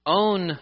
own